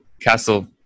Castle